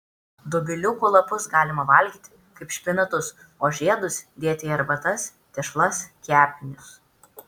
dobiliukų lapus galima valgyti kaip špinatus o žiedus dėti į arbatas tešlas kepinius